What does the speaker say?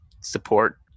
Support